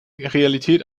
realität